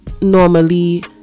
normally